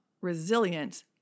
resilient